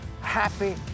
Happy